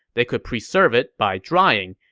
they could preserve it by drying,